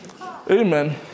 Amen